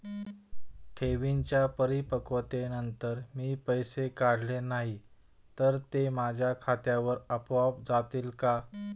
ठेवींच्या परिपक्वतेनंतर मी पैसे काढले नाही तर ते माझ्या खात्यावर आपोआप जातील का?